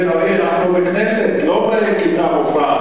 הצעה אחרת.